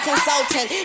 Consultant